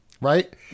right